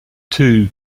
two